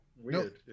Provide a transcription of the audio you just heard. weird